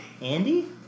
Andy